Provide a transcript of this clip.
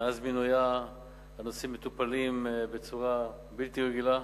ומאז מינויה הנושאים מטופלים בצורה בלתי רגילה.